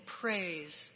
praise